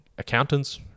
accountants